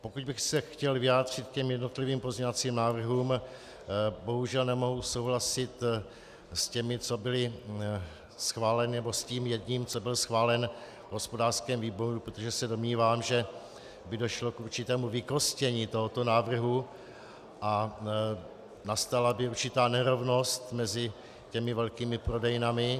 Pokud bych se chtěl vyjádřit k jednotlivým pozměňovacím návrhům, bohužel nemohu souhlasit s těmi, co byly schváleny, nebo s tím jedním, co byl schválen v hospodářském výboru, protože se domnívám, že by došlo k určitému vykostění tohoto návrhu a nastala by určitá nerovnost mezi těmi velkými prodejnami.